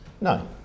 No